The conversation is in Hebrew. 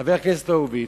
חבר הכנסת הורוביץ,